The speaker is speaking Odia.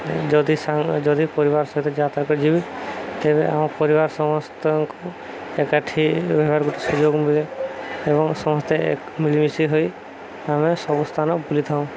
ଯଦି ସାଙ୍ଗ ଯଦି ପରିବାର ସହିତ ଯାତ୍ରା କରି ଯିବେ ତେବେ ଆମ ପରିବାର ସମସ୍ତଙ୍କୁ ଏକାଠି ଗୋଟେ ସୁଯୋଗ ମିଳେ ଏବଂ ସମସ୍ତେ ମଳିମିଶି ହୋଇ ଆମେ ସବୁ ସ୍ଥାନ ବୁଲିଥାଉଁ